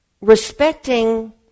Respecting